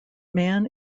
man